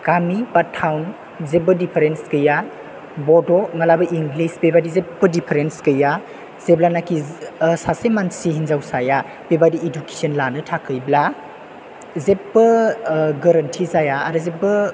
गामि बा थावन जेबो दिफारेन्स गैया बड' मालाबा इंलिस बेफोरबायदि जेबो दिफारेन्स गैया जेब्लानोखि सासे मानसि हिनजावसाया बेफोरबायदि इदुकेसन सानो थाखायब्ला जेबो गोरोन्थि जाया आरो जेबो